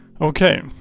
Okay